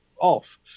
off